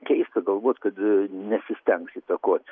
keista galvot kad nesistengs įtakot